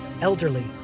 elderly